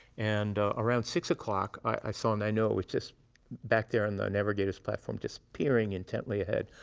and around six o'clock, i saw nainoa was just back there on the navigator's platform, just peering intently ahead.